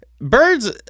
birds